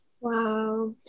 Wow